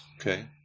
Okay